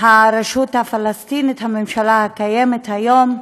הרשות הפלסטינית, הממשלה הקיימת היום,